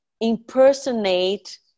impersonate